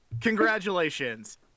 congratulations